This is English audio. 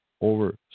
over